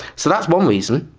so that's one reason.